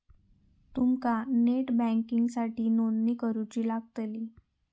तुमका नेट बँकिंगसाठीही नोंदणी करुची लागतली